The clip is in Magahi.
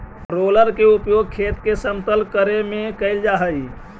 रोलर के उपयोग खेत के समतल करे में कैल जा हई